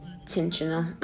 intentional